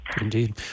Indeed